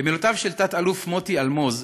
ובמילותיו של תת-אלוף מוטי אלמוז,